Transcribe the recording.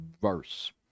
verse